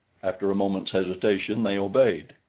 after a moment's hesitation they obeyed.